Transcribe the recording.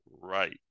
right